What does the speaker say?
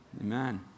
Amen